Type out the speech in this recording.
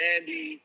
Andy